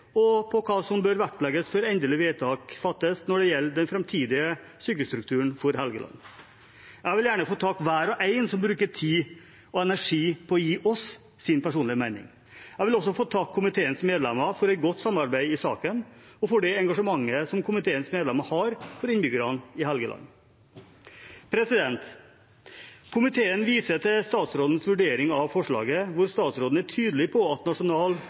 flest på Helgeland, både hva angår akkurat dette forslaget, og hva som bør vektlegges før endelig vedtak fattes når det gjelder den framtidige sykehusstrukturen for Helgeland. Jeg vil gjerne få takke hver og en som bruker tid og energi på å gi oss sin personlige mening. Jeg vil også få takke komiteens medlemmer for et godt samarbeid i saken, og for det engasjementet som komiteens medlemmer har for innbyggerne på Helgeland. Komiteen viser til statsrådens vurdering av forslaget, hvor statsråden er tydelig på at Nasjonal